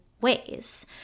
ways